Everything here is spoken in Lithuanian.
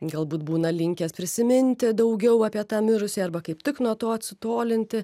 galbūt būna linkęs prisiminti daugiau apie tą mirusį arba kaip tik nuo to atsitolinti